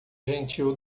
gentil